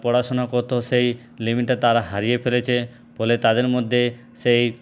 পড়াশোনা করত সেই লিমিটটা তারা হারিয়ে ফেলেছে ফলে তাদের মধ্যে সেই